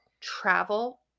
travel